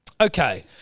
Okay